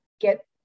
get